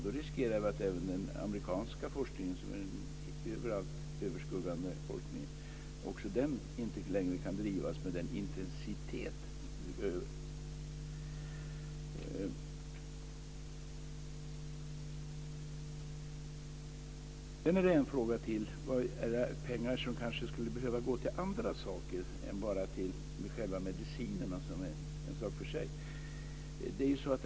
Då riskerar vi att inte heller den amerikanska forskningen, som är den allt överskuggande forskningen, inte längre kan drivas med den intensitet som behövs. Sedan har jag en fråga till. Pengarna skulle kanske behöva gå till andra saker än bara till själva medicinerna, som är en sak för sig.